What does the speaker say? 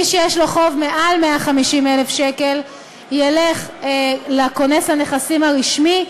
מי שיש לו חוב מעל 150,000 שקל ילך לכונס הנכסים הרשמי,